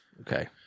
Okay